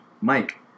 Mike